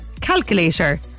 Calculator